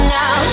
now